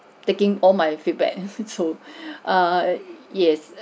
taking all my feedback so err yes